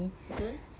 betul